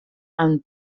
amb